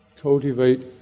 Cultivate